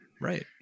right